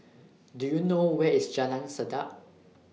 Do YOU know Where IS Jalan Sedap